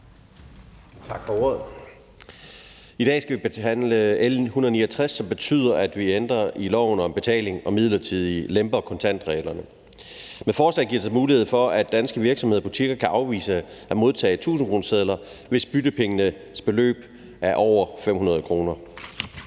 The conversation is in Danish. Tak for ordet. I dag skal vi behandle L 169, som betyder, at vi ændrer i loven om betaling og midlertidigt lemper kontantreglerne. Med forslaget giver det så mulighed for, at danske virksomheder og butikker kan afvise at modtage tusindkronesedler, hvis byttepengenes beløb er over 500 kr.